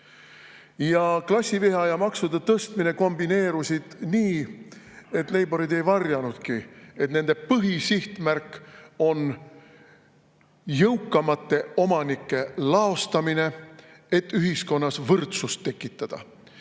Klassiviha ja maksude tõstmine kombineerusid nii, et leiboristid ei varjanudki, et nende põhisihtmärk on jõukamate omanike laostamine, et ühiskonnas võrdsust tekitada.